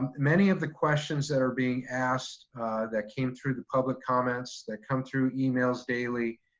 many of the questions that are being asked that came through the public comments, that come through emails daily